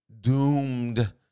doomed